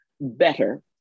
better